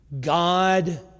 God